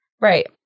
right